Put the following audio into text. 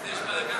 נתקבל.